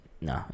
No